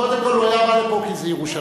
קודם כול הוא היה בא לכאן כי זה ירושלים.